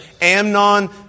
Amnon